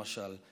למשל,